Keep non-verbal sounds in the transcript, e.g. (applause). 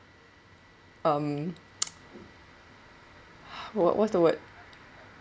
um (noise) what what's the word